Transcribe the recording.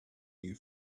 new